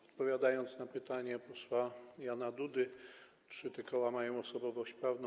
Odpowiadam na pytanie posła Jana Dudy o to, czy te koła mają osobowość prawną.